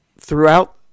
throughout